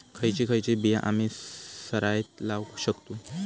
खयची खयची बिया आम्ही सरायत लावक शकतु?